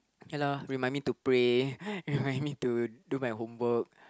ya lah remind to pray remind me to do my homework